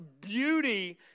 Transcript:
beauty